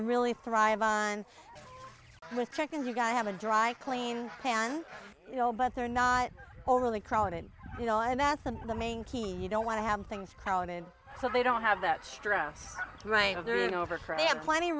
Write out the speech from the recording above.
to really thrive on with chickens you've got to have a dry clean pan you know but they're not overly crowded you know i met them in the main key you don't want to have things crowded so they don't have that stress right there you know over for em plenty